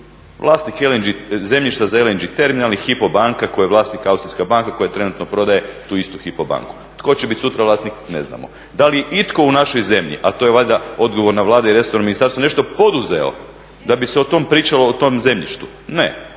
vlasnik zemljišta za LNG terminal je HYPO banka koja je vlasnik Austrijska banka koja trenutno prodaje tu istu HYPO banku. Tko će sutra biti vlasnik? Ne znamo. Da li itko u našoj zemlji, a to je valjda odgovorna Vlada i resorno ministarstvo nešto poduzeo da bi se pričalo o tom zemljištu? Ne,